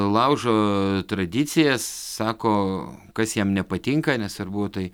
laužo tradicijas sako kas jam nepatinka nesvarbu tai